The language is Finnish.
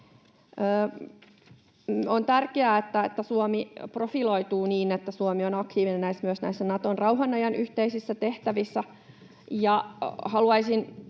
On tärkeää, että Suomi profiloituu niin, että Suomi on aktiivinen myös näissä Naton rauhanajan yhteisissä tehtävissä,